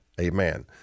Amen